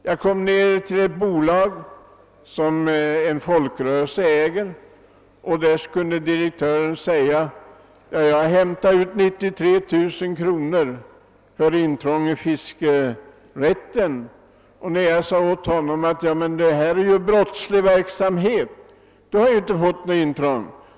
Jag besökte t.ex. en gång ett bolag, som en folkrörelse äger, och där hade direktören hämtat ut 93 000 kronor i ersättning för intrång i fisket. Men det är ju brottslig verksamhet, sade jag, du har ju inte lidit något intrång.